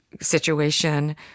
situation